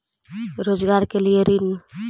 रोजगार के लिए ऋण?